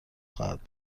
خواهد